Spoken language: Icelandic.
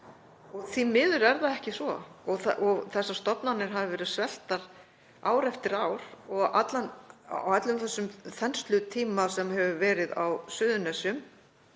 Því miður er það ekki svo og þessar stofnanir hafa verið sveltar ár eftir ár. Á öllum þessum þenslutíma sem hefur verið á Suðurnesjum,